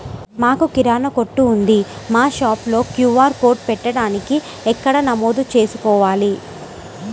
మాకు కిరాణా కొట్టు ఉంది మా షాప్లో క్యూ.ఆర్ కోడ్ పెట్టడానికి ఎక్కడ నమోదు చేసుకోవాలీ?